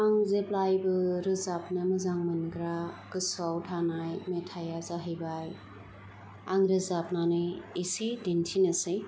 आं जेब्लायबो रोजाबनो मोजां मोनग्रा गोसोयाव थानाय मेथाइया जाहैबाय आं रोजाबनानै एसे दिन्थिनोसै